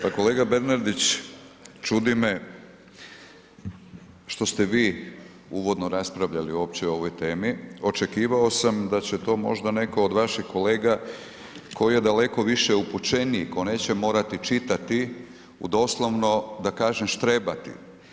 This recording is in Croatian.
Pa kolega Bernardić čudi me što ste vi uvodno raspravljali opće o ovoj temi, očekivao sam da će to možda netko od vaših kolega tko je daleko više upućeniji, tko neće morati čitati u doslovno da kažem štrebati.